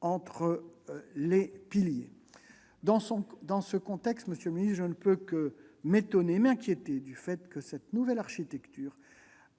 entre les piliers. Dans ce contexte, je ne peux que m'inquiéter du fait que cette nouvelle architecture